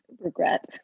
Regret